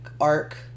arc